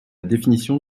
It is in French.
définition